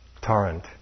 torrent